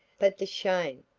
but the shame!